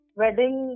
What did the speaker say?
wedding